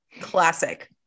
classic